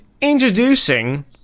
Introducing